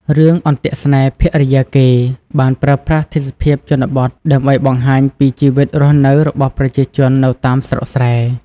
រឿង អន្ទាក់ស្នេហ៍ភរិយាគេ បានប្រើប្រាស់ទេសភាពជនបទដើម្បីបង្ហាញពីជីវិតរស់នៅរបស់ប្រជាជននៅតាមស្រុកស្រែ។